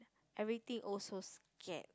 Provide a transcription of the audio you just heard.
everything also scared